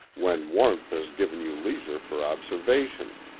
when warmth has given you leisure for observation.